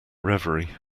reverie